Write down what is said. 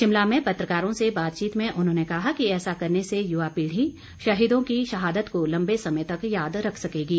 शिमला में पत्रकारों से बातचीत में उन्होंने कहा कि ऐसा करने से युवा पीढ़ी शहीदों की शहादत को लम्बे समय तक याद रख सकेंगे